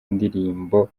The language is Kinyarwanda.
ndirimbo